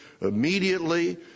immediately